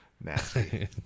Nasty